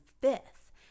fifth